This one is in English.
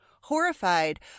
horrified